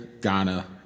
Ghana